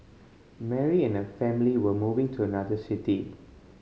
Mary and her family were moving to another city